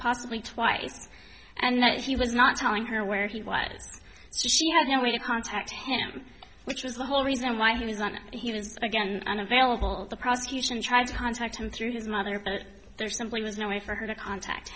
possibly twice and that he was not telling her where he was so she had no way to contact him which was the whole reason why is that he was again unavailable the prosecution tried to contact him through his mother but there simply was no way for her to contact